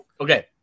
Okay